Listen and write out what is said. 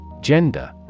Gender